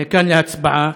כאן להצבעה,